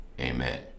amen